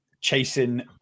chasing